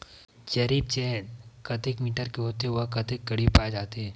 जरीब चेन कतेक मीटर के होथे व कतेक कडी पाए जाथे?